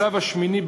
הצו השמיני,